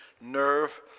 nerve